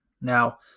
now